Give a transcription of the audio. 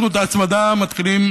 אנחנו את ההצמדה מתחילים